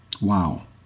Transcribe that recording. Wow